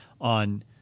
on